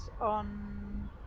on